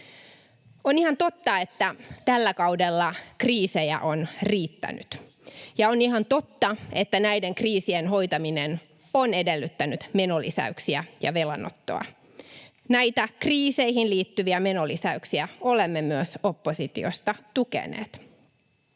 On ihan totta, että tällä kaudella kriisejä on riittänyt, ja on ihan totta, että näiden kriisien hoitaminen on edellyttänyt menolisäyksiä ja velanottoa. Näitä kriiseihin liittyviä menolisäyksiä olemme myös oppositiosta tukeneet.